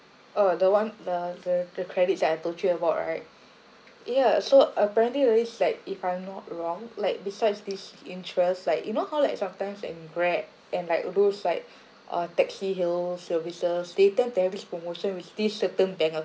oh the one the the the credits that I told you about right ya so apparently that is like if I'm not wrong like besides this interest like you know how like sometimes in grab and like those like uh taxi hail services they tend to have this promotion with this certain bank